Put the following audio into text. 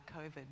COVID